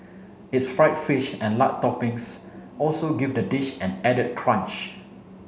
its fried fish and lard toppings also give the dish an added crunch